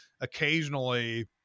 occasionally